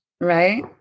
Right